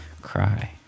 cry